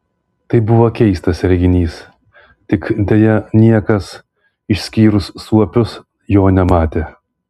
tai buvo keistas reginys tik deja niekas išskyrus suopius jo nematė